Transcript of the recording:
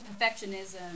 perfectionism